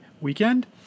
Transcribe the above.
weekend